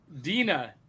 Dina